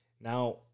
Now